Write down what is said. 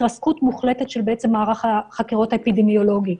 התרסקות מוחלטת של מערך החקירות האפידמיולוגי.